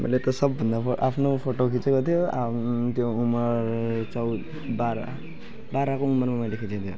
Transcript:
मैले त सबभन्दा अब आफ्नो फोटो खिचेको थियो त्यो उमेर चाहिँ बाह्र बाह्रको उमेरमा मैले खिचेको थियो